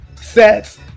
sets